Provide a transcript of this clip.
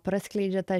praskleidžia tą